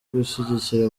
gushyigikira